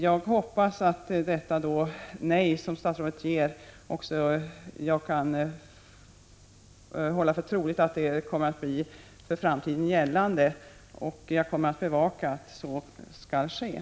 Jag hoppas att det nej som statsrådet ger som svar på min fråga också kan förbli gällande för framtiden. Jag kommer att bevaka att så sker.